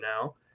now